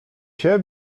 się